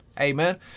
Amen